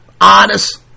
honest